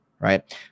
Right